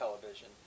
television